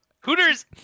hooters